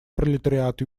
пролетариат